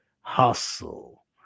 Hustle